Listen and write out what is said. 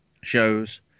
shows